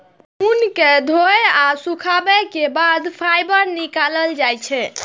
ऊन कें धोय आ सुखाबै के बाद फाइबर निकालल जाइ छै